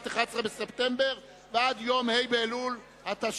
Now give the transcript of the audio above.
(1 בספטמבר 2009) ועד יום ה' באלול התשע"ד